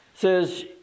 Says